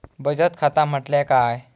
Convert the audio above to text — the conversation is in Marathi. बचत खाता म्हटल्या काय?